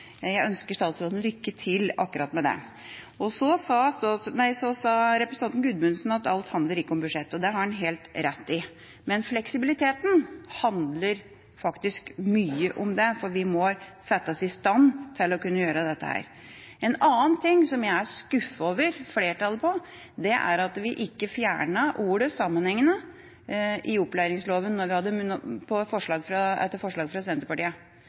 Jeg ønsker statsråden lykke til med akkurat det. Så sa representanten Gudmundsen at alt handler ikke om budsjett. Det har han helt rett i. Men fleksibiliteten handler faktisk mye om det, for vi må settes i stand til å kunne gjøre dette. En annen ting som jeg er skuffet over, er at det ikke var flertall for å fjerne ordet «sammenhengende» i opplæringsloven etter forslag fra Senterpartiet. Det er mitt svar til representanten Eldegard når